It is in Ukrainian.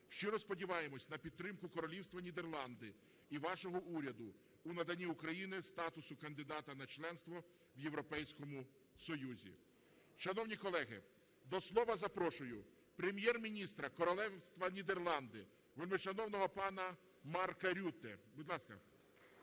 Щиро сподіваємось на підтримку Королівства Нідерланди і вашого уряду у наданні Україні статусу кандидата на членство в Європейському Союзі. Шановні колеги, до слова запрошую Прем'єр-міністра Королівства Нідерланди, вельмишановного пана Марка Рютте. Будь ласка.